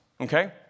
Okay